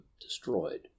destroyed